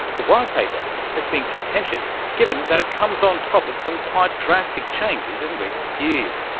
the white paper has been contentious given that it comes on top of some quite drastic changes in recent years.